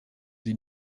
die